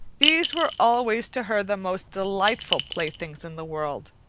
these were always to her the most delightful playthings in the world.